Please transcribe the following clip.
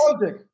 logic